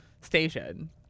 station